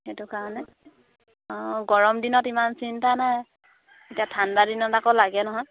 সেইটো কাৰণে অঁ গৰম দিনত ইমান চিন্তা নাই এতিয়া ঠাণ্ডা দিনত আকৌ লাগে নহয়